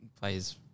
plays